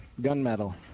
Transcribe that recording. gunmetal